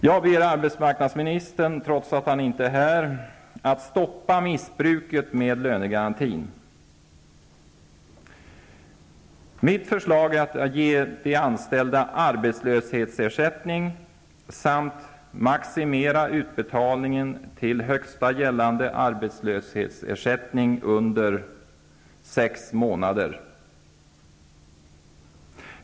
Jag ber arbetsmarknadsministern, trots att han inte är här, att stoppa missbruket av lönegarantin. Mitt förslag är att ge de anställda arbetslöshetsersättning och att maximera utbetalningen till högsta gällande arbetslöshetsersättning under sex månader.